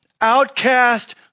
outcast